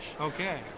okay